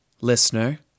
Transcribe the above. listener